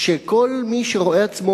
שכל מי שרואה עצמו